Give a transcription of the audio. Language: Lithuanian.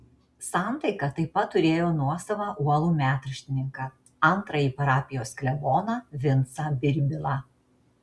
santaika taip pat turėjo nuosavą uolų metraštininką antrąjį parapijos kleboną vincą birbilą